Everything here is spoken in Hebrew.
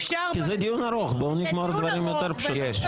כי זה דיון ארוך, בואו נגמור דברים יותר פשוטים.